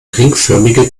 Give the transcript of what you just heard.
ringförmige